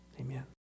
Amen